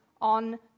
on